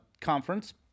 conference